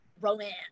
romance